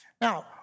Now